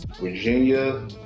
Virginia